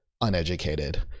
uneducated